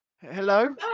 Hello